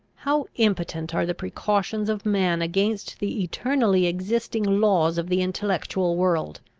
how impotent are the precautions of man against the eternally existing laws of the intellectual world!